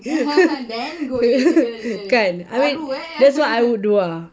kan I mean that's what I would do lah